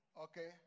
Okay